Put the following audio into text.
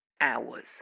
hours